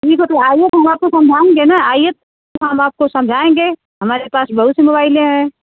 आइए तो हम आपको समझाएँगे ना आइए तो हम आपको समझाएँगे हमारे पास बहुत मोबाईलें हैं